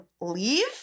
leave